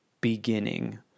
beginning